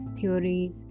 theories